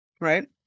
right